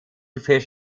fish